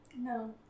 No